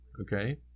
Okay